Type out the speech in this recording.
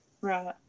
right